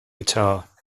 guitar